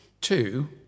Two